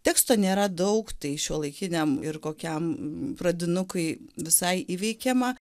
teksto nėra daug tai šiuolaikiniam ir kokiam pradinukui visai įveikiama